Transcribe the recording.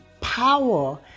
power